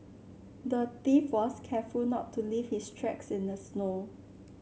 the thief was careful not to leave his tracks in the snow